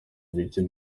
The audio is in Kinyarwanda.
ibice